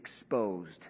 exposed